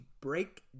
break